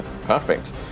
Perfect